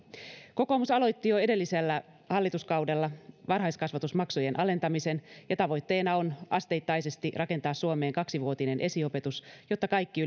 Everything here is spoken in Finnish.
kokoomus aloitti jo edellisellä hallituskaudella varhaiskasvatusmaksujen alentamisen ja tavoitteena on asteittaisesti rakentaa suomeen kaksivuotinen esiopetus jotta kaikki